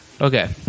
Okay